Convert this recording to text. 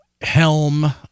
helm